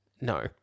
No